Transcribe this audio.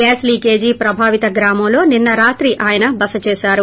gas leakage ప్రభావిత గ్రామంలో నిన్స రాత్రి ఆయన బస చేశారు